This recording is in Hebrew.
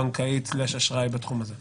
דבר שיגדיל את התחרות.